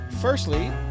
Firstly